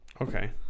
Okay